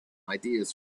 ideas